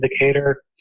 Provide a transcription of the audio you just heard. indicator